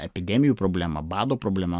epidemijų problema bado problema